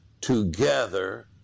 together